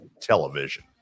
Television